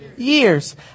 years